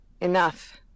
Enough